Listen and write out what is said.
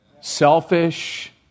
Selfish